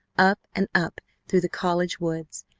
up and up through the college woods,